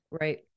Right